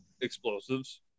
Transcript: explosives